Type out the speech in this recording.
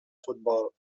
futbol